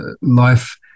life